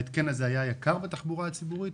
ההתקן הזה היה יקר בתחבורה הציבורית?